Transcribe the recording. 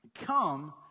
come